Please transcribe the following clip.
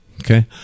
Okay